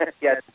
Yes